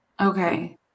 Okay